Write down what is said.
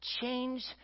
change